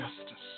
justice